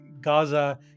Gaza